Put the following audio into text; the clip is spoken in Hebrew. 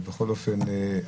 בכל אופן,